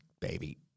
baby